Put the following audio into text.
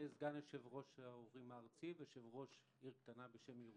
סגן יושב-ראש ההורים הארצי ויושב-ראש עיר ירושלים.